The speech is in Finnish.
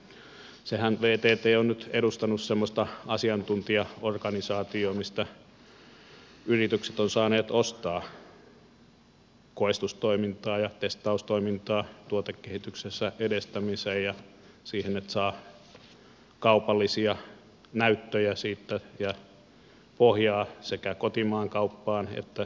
vtthän on nyt edustanut semmoista asiantuntijaorganisaatiota mistä yritykset ovat saaneet ostaa koestustoimintaa ja testaustoimintaa tuotekehityksensä edistämiseen ja siihen että saa kaupallisia näyttöjä siitä ja pohjaa sekä kotimaankauppaan että ulkomaankauppaan